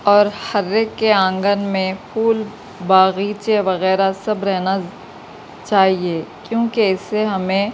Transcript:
اور ہر ایک کے آنگن میں پھول باغیچے وغیرہ سب رہنا چاہیے کیونکہ اس سے ہمیں